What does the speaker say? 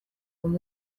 kuri